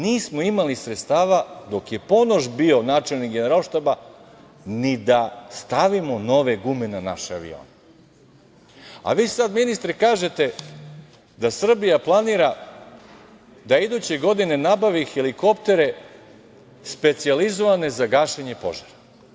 Nismo imali sredstava dok je Ponoš bio načelnik Generalštaba ni da stavimo nove gume na naše avione, a vi sad ministre kažete, da Srbija planira da iduće godine nabavi helikoptere specijalizovane za gašenje požara.